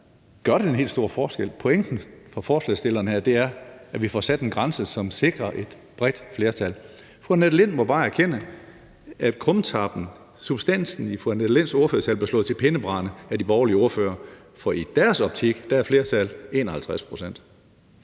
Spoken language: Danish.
gør det den helt store forskel? Pointen for forslagsstillerne er, at vi får sat en grænse, som sikrer et bredt flertal. Fru Annette Lind må bare erkende, at krumtappen og substansen i hendes ordførertale blev slået til pindebrænde af de borgerlige ordførere, for i deres optik er et flertal 51 pct.